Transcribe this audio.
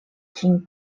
ĝin